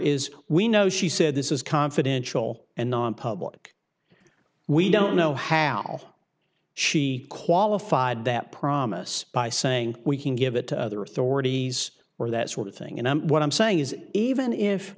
is we know she said this is confidential and nonpublic we don't know how she qualified that promise by saying we can give it to other authorities or that sort of thing and what i'm saying is even if